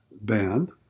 Band